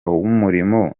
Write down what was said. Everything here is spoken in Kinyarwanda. w’umurimo